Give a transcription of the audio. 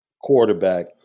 quarterback